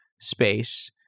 space